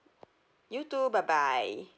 you too bye bye